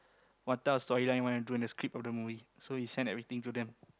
model of the story line he wanna do in this clip of the movie so we send everything to them